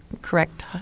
correct